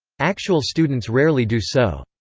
actual students rarely do so.